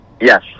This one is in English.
Yes